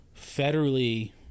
federally